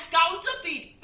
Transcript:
counterfeit